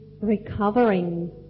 recovering